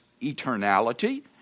eternality